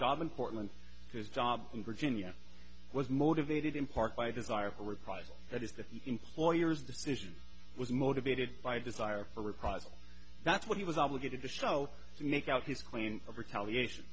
job in portland to his job in virginia was motivated in part by a desire for reprisals that is the employer's decision was motivated by a desire for reprisal that's what he was obligated to show to make out he's clean of retaliation